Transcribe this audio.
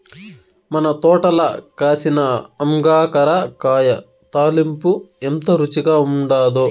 మన తోటల కాసిన అంగాకర కాయ తాలింపు ఎంత రుచిగా ఉండాదో